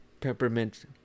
peppermint